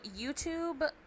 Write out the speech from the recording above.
YouTube